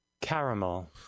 Caramel